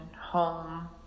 home